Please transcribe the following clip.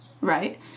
right